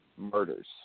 murders